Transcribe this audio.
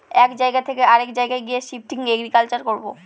এক জায়গা থকে অরেক জায়গায় গিয়ে শিফটিং এগ্রিকালচার করবো